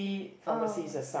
oh